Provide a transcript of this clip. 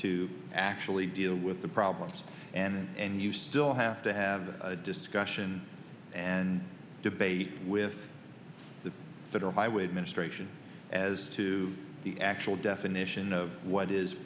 to actually deal with the problems and you still have to have a discussion and debate with the federal highway administration as to the actual definition of what is